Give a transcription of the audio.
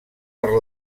per